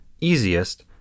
easiest